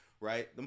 right